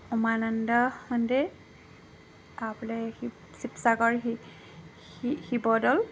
উমানন্দ মন্দিৰ শিৱসাগৰ শিৱদৌল